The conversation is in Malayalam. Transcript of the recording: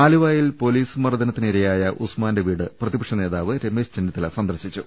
ആലുവയിൽ പൊലീസ് മർദ്ദനത്തിരയായ ഉസ്മാന്റെ വീട് പ്രതിപക്ഷ നേതാവ് രമേശ് ചെന്നിത്തല സന്ദർശിച്ചു